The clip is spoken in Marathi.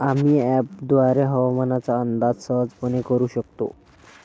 आम्ही अँपपद्वारे हवामानाचा अंदाज सहजपणे करू शकतो